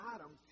Adam